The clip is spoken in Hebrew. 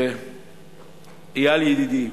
אייל ידידי,